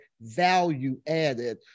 value-added